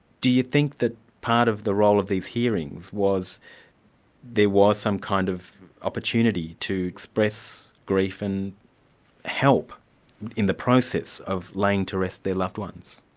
do you think that part of the role of these hearings was there was some kind of opportunity to express grief and help in the process of laying to rest their loved ones?